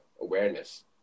awareness